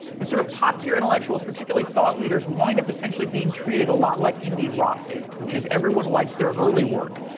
the sort of top tier intellectuals, particularly thought leaders, wind up essentially being treated a lot like indie rock bands which is everyone who likes their early work,